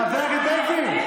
חבר הכנסת בן גביר,